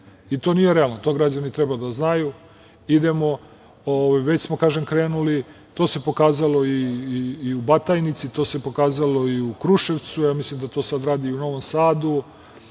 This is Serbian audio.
To nije realno, to građani treba da znaju. Već smo, kažem, krenuli. To se pokazalo i u Batajnici, to se pokazalo i u Kruševcu, mislim da to sad radi i u Novom Sadu.